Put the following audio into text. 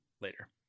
later